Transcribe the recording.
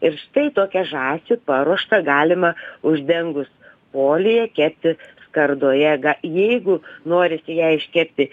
ir štai tokią žąsį paruoštą galima uždengus folija kepti skardoje ga jeigu norisi ją iškepti